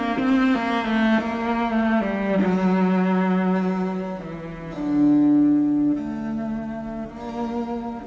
as you know